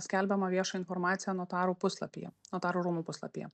skelbiamą viešą informaciją notarų puslapyje notarų rūmų puslapyje